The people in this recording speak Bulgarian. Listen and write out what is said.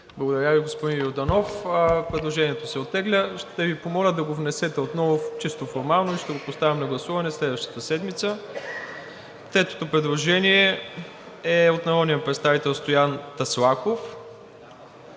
Благодаря Ви, господин Йорданов. Предложението се оттегля. Ще Ви помоля да го внесете отново чисто формално и ще го поставим на гласуване следващата седмица. Третото предложение е от народния представител Стоян Таслаков: